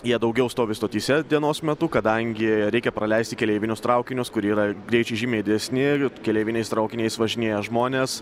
jie daugiau stovi stotyse dienos metu kadangi reikia praleisti keleivinius traukinius kur yra greičiai žymiai didesni keleiviniais traukiniais važinėja žmonės